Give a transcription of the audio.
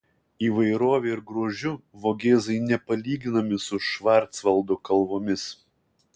įvairove ir grožiu vogėzai nepalyginami su švarcvaldo kalvomis